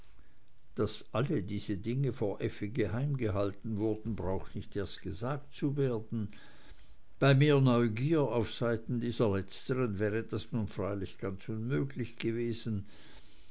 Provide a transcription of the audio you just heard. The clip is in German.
daß alle diese dinge vor effi geheimgehalten wurden braucht nicht erst gesagt zu werden bei mehr neugier auf seiten dieser letzteren wäre das nun freilich ganz unmöglich gewesen